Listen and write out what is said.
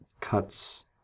Cuts